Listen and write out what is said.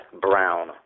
Brown